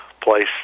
place